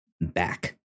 back